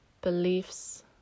beliefs